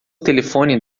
telefone